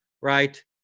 right